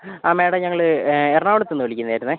അ madam ഞങ്ങൾ എ എറണാകുളത്തൂന്ന് വിളിക്കുന്നത് ആയിരുന്നു